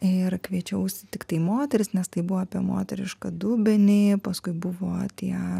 ir kviečiausi tiktai moteris nes tai buvo apie moterišką dubenį paskui buvo tie